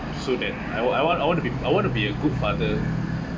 so that I want I want I want to be I want to be a good father